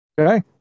Okay